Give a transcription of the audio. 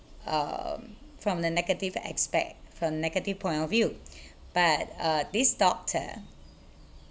uh from the negative aspect from negative point of view but uh this doctor